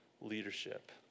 leadership